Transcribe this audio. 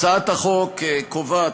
הצעת החוק קובעת,